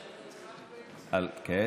על שם יצחק בן צבי.